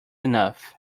enough